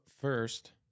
first